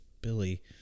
Billy